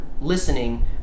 listening